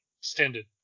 extended